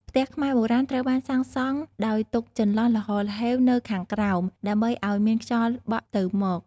ផ្ទះខ្មែរបុរាណត្រូវបានសាង់សង់ដោយទុកចន្លោះល្ហល្ហេវនៅខាងក្រោម ដើម្បីឱ្យមានខ្យល់បក់ទៅមក។